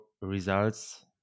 results